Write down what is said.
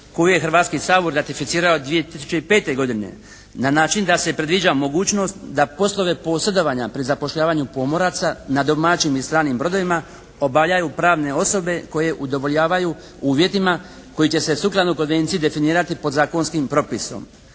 koju je Hrvatski sabor ratificirao 2005. godine na način da se predviđa mogućnost da poslove posredovanja pri zapošljavanju pomoraca na domaćim i stranim brodovima obavljaju pravne osobe koje udovoljavaju uvjetima koji će se sukladno konvenciji definirati podzakonskim propisom.